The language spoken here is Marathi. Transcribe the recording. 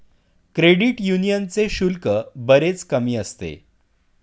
क्रेडिट यूनियनचे शुल्क बरेच कमी असते